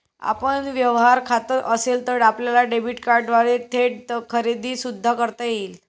आपलं व्यवहार खातं असेल तर आपल्याला डेबिट कार्डद्वारे थेट खरेदी सुद्धा करता येईल